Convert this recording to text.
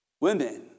Women